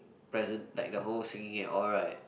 present~ like the whole singing and all right